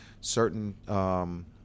certain